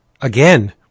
Again